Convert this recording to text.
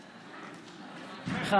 תודה,